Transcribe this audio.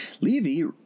Levy